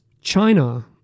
China